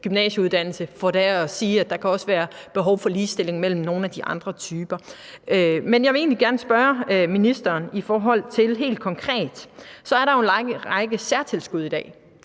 gymnasieuddannelse, for dermed at sige, at der også kan være behov for ligestilling mellem nogle af de andre typer. Men jeg vil egentlig gerne spørge ministeren til det helt konkret. Der er jo i dag en lang række særtilskud, som